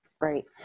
Right